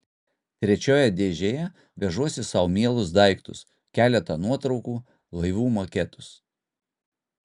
trečioje dėžėje vežuosi sau mielus daiktus keletą nuotraukų laivų maketus